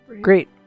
Great